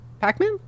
Pac-Man